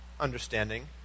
Understanding